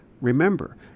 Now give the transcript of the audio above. Remember